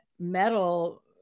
metal